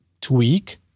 tweak